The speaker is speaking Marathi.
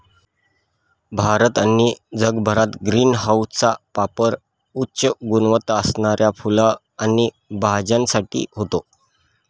भारत आणि जगभरात ग्रीन हाऊसचा पापर उच्च गुणवत्ता असणाऱ्या फुलं आणि भाज्यांसाठी होतो